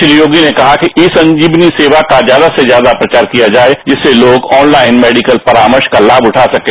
श्री योगी ने कहा कि ई संजीवनी सेवा का ज्यादा से ज्यादा प्रचार किया जाए जिससे लोग ऑनलाइन मेडिकल परामर्श का लाभ उठा सकें